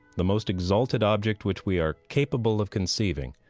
the most exalted object which we are capable of conceiving,